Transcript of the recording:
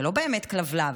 זה לא באמת כלבלב,